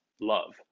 love